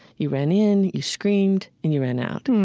you ran in, you screamed, and you ran out.